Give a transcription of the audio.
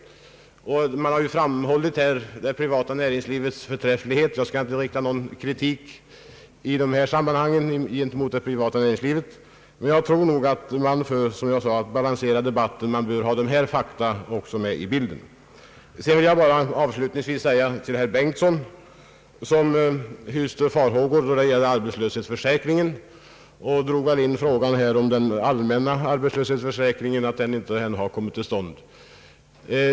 Man har här framhållit det privata näringslivets förträfflighet, och jag skall inte rikta någon kritik i detta sammanhang gentemot de privata företagen. Jag tror emellertid att man för att balansera debatten bör ha dessa fakta med i bilden. Avslutningsvis vill jag säga några ord till herr Bengtson. Han hyste farhågor beträffande = arbetslöshetsförsäkringen och drog in att den allmänna arbetslöshetsförsäkringen ännu inte kommit till stånd.